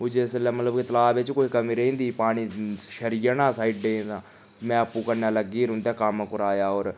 ओह् जिस बेल्लै मतलब तलाऽ बिच्च च कोई कमी रेही जंदी पानी छरी जा ना साइडै दा मैं आपूं कन्नै लग्गियै उंदा कम्म करोआया होर